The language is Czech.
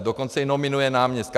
Dokonce i nominuje náměstka.